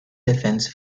defense